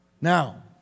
Now